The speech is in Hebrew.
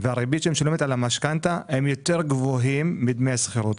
והריבית שמשלמים על המשכנתא הם יותר גבוהים מדמי השכירות.